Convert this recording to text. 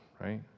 right